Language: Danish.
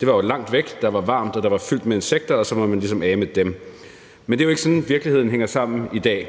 Det var jo langt væk, der var varmt, og der var fyldt med insekter, og så var man ligesom af med dem. Men det er jo ikke sådan, virkeligheden hænger sammen i dag.